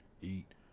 eat